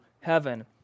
heaven